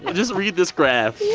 just read this graph.